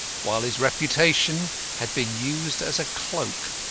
while his reputation had been used as a cloak.